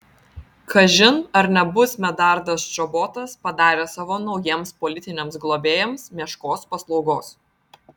kažin ar nebus medardas čobotas padaręs savo naujiems politiniams globėjams meškos paslaugos